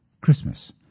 Christmas